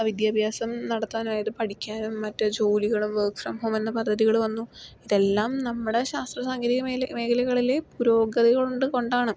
വിദ്യാഭ്യാസം നടത്താനായത് പഠിക്കാനും മറ്റ് ജോലികള് വർക്ക് ഫ്രം ഹോം എന്ന പദ്ധതികള് വന്നു ഇതെല്ലാം നമ്മുടെ ശാസ്ത്രസാങ്കേതികമേല മേഖലകളില് പുരോഗതികള് കൊണ്ടാണ്